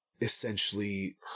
essentially